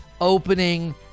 opening